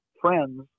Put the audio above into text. friends